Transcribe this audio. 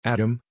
Adam